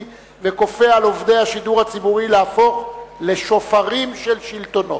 וכופה על עובדי השידור הציבורי להפוך לשופר של שלטונו.